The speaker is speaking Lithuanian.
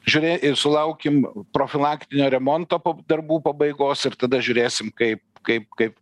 žiūrė ir sulaukim profilaktinio remonto darbų pabaigos ir tada žiūrėsim kai kaip kaip